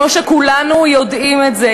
כמו שכולנו יודעים את זה,